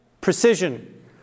Precision